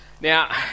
Now